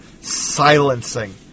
silencing